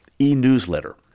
e-newsletter